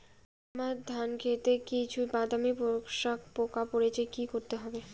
আমার ধন খেতে কিছু বাদামী শোষক পোকা পড়েছে কি করতে হবে?